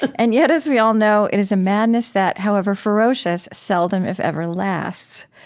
and yet, as we all know, it is a madness that, however ferocious, seldom, if ever, lasts.